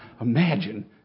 imagine